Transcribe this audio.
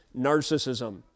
narcissism